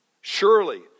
Surely